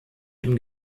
dem